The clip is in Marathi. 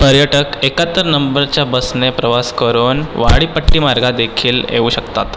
पर्यटक एकाहत्तर नंबरच्या बसने प्रवास करून वाडीपट्टीमार्गादेखील येऊ शकतात